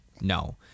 no